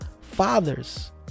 fathers